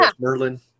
Merlin